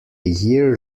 year